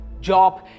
job